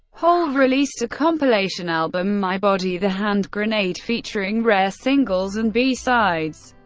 hole released a compilation album, my body, the hand grenade, featuring rare singles and b-sides,